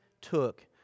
took